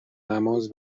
نماز